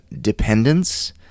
dependence